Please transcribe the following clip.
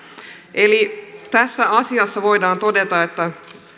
eli tässä asiassa voidaan todeta että